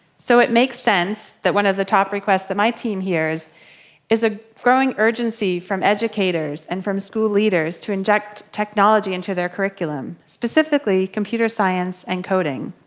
so it makes sense that one of the top requests that my team hears is a growing urgency from educators and from school leaders to inject technology into their curriculum, specifically computer science and coding.